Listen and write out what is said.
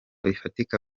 bifatika